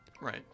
right